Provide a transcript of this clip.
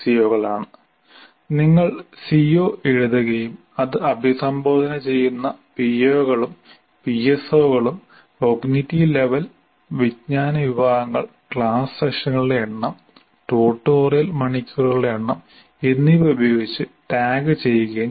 കളാണ് നിങ്ങൾ സിഒ എഴുതുകയും അത് അഭിസംബോധന ചെയ്യുന്ന പിഒകളും പിഎസ്ഒകളും കോഗ്നിറ്റീവ് ലെവൽ വിജ്ഞാന വിഭാഗങ്ങൾ ക്ലാസ് സെഷനുകളുടെ എണ്ണം ട്യൂട്ടോറിയൽ മണിക്കൂറുകളുടെ എണ്ണം എന്നിവ ഉപയോഗിച്ച് ടാഗ് ചെയ്യുകയും ചെയ്യുക